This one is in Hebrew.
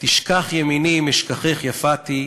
תשכח ימיני אם אשכחך, יפתי,